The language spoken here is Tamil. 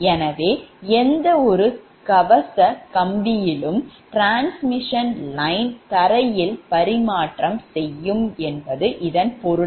எனவே எந்தவொரு கவசக் கம்பியிலும் டிரான்ஸ்மிஷன் லைன் தரையில் பரிமாற்றம் செய்யும் என்று பொருள்